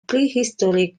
prehistoric